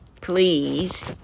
please